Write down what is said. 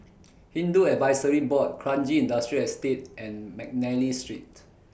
Hindu Advisory Board Kranji Industrial Estate and Mcnally Street